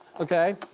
okay.